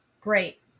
great